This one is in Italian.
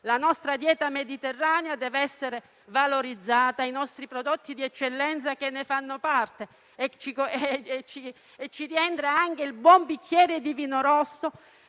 La nostra dieta mediterranea deve essere valorizzata o i nostri prodotti di eccellenza, che ne fanno parte e tra i quali rientra anche il buon bicchiere di vino rosso,